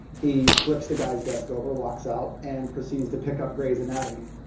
he flips the guy's desk over walks out, and proceeds to pick up gray's anatomy.